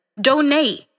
Donate